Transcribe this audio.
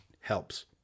helps